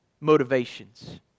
motivations